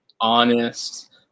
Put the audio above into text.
Honest